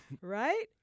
Right